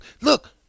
look